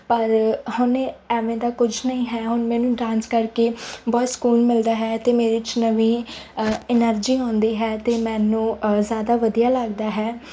ਪਰ ਹੁਣ ਐਵੇਂ ਦਾ ਕੁਝ ਨਹੀਂ ਹੈ ਹੁਣ ਮੈਨੂੰ ਡਾਂਸ ਕਰਕੇ ਬਹੁਤ ਸਕੂਨ ਮਿਲਦਾ ਹੈ ਅਤੇ ਮੇਰੇ 'ਚ ਨਵੀਂ ਐਨਰਜੀ ਆਉਂਦੀ ਹੈ ਅਤੇ ਮੈਨੂੰ ਜ਼ਿਆਦਾ ਵਧੀਆ ਲੱਗਦਾ ਹੈ